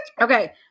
Okay